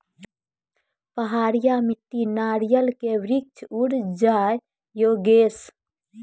पहाड़िया मिट्टी नारियल के वृक्ष उड़ जाय योगेश?